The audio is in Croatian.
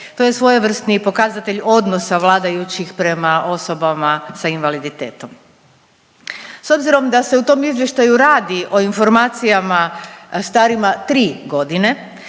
To je svojevrsni pokazatelj odnosa vladajućih prema osobama sa invaliditetom. S obzirom da se u tom izvještaju radi o informacijama starima tri godine